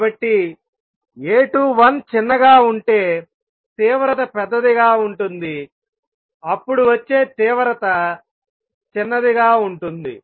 కాబట్టి A21 చిన్నగా ఉంటే తీవ్రత పెద్దదిగా ఉంటుంది అప్పుడు వచ్చే తీవ్రత చిన్నదిగా ఉంటుంది